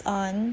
on